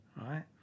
right